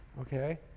Okay